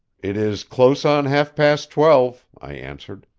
it is close on half-past twelve, i answered.